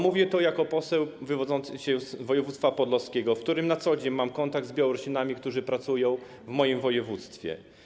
Mówię to jako poseł wywodzący się z województwa podlaskiego, w którym na co dzień mam kontakt z Białorusinami, którzy pracują w moim województwie.